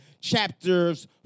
chapters